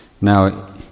Now